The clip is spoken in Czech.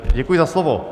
Děkuji za slovo.